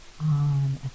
on